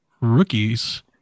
rookies